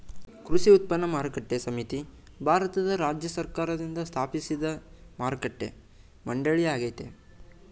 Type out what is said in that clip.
ಕೃಷಿ ಉತ್ಪನ್ನ ಮಾರುಕಟ್ಟೆ ಸಮಿತಿ ಭಾರತದ ರಾಜ್ಯ ಸರ್ಕಾರ್ದಿಂದ ಸ್ಥಾಪಿಸಿದ್ ಮಾರುಕಟ್ಟೆ ಮಂಡಳಿಯಾಗಯ್ತೆ